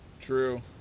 True